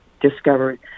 discovered